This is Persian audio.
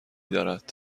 دارد